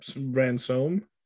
Ransom